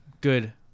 good